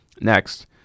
Next